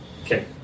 Okay